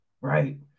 right